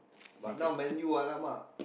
but now Man-U !alamak!